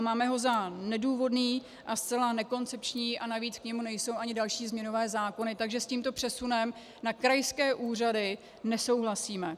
Máme ho za nedůvodný a zcela nekoncepční a navíc k němu nejsou ani další změnové zákony, takže s tímto přesunem na krajské úřady nesouhlasím.